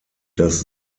das